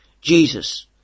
Jesus